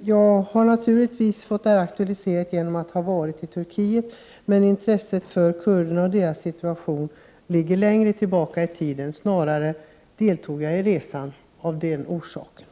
Jag har naturligtvis fått det problem jag tagit upp i frågan aktualiserat genom att ha varit i Turkiet, men intresset för kurdernas situation ligger längre tillbaka i tiden. Snarare deltog jag i resan av den orsaken.